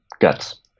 guts